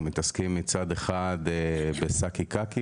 אנחנו מתעסקים מצד אחד בשקי קקי